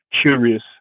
curious